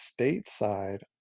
stateside